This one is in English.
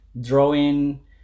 drawing